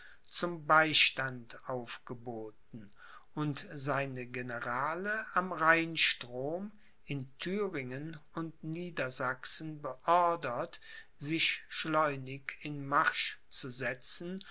zum beistand aufgeboten und seine generale am rheinstrom in thüringen und niedersachsen beordert sich schleunig in marsch zu setzen